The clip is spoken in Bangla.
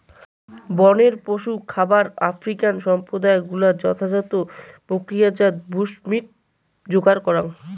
বনের পশু খামার আফ্রিকান সম্প্রদায় গুলাক যথাযথ প্রক্রিয়াজাত বুশমীট যোগান করাং